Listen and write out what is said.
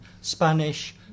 Spanish